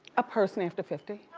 a person after fifty.